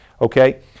okay